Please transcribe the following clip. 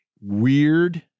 weird